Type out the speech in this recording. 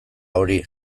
hori